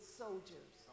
soldiers